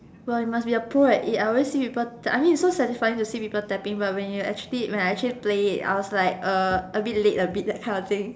well you must be a Pro at it I always see people I mean it's so satisfying to see people tapping but when you are actually when I actually play it I was like a bit late a bit that kind of thing